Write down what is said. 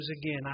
again